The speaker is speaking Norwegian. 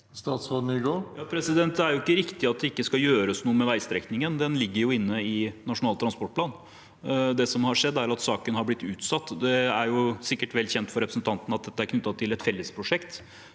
Jon-Ivar Nygård Det er ikke riktig at det ikke skal gjøres noe med veistrekningen, den ligger inne i Nasjonal transportplan. Det som har skjedd, er at saken har blitt utsatt. Det er sikkert vel kjent for representanten Sve at dette er knyttet til et fellesprosjekt